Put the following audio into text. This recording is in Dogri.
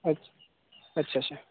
अच्छा अच्छा अच्छा